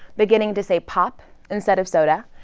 beginning to say pop instead of soda,